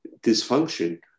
dysfunction